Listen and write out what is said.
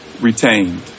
retained